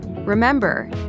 Remember